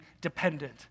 dependent